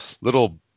little